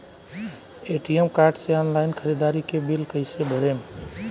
ATM card से online ख़रीदारी के बिल कईसे भरेम?